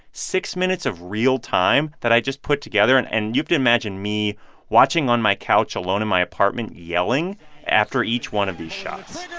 six minutes of real time that i just put together. and and you can imagine me watching on my couch alone in my apartment yelling after each one of these shots